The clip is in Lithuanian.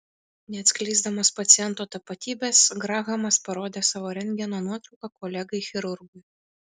neatskleisdamas paciento tapatybės grahamas parodė savo rentgeno nuotrauką kolegai chirurgui